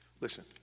Listen